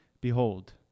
Behold